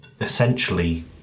essentially